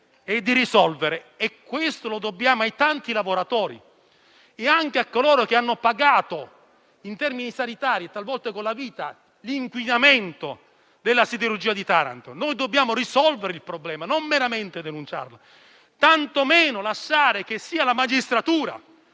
risolvere; lo dobbiamo ai tanti lavoratori e anche a coloro che hanno pagato in termini sanitari, talvolta con la vita, l'inquinamento della siderurgia di Taranto. Noi dobbiamo risolvere il problema e non meramente denunciarlo, né tantomeno dobbiamo lasciare che sia la magistratura